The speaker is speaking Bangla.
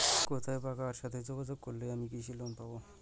কোথায় বা কার সাথে যোগাযোগ করলে আমি কৃষি লোন পাব?